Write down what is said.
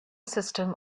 system